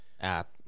app